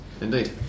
Indeed